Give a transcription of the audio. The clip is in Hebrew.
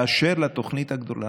באשר לתוכנית הגדולה,